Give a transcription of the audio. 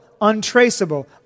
untraceable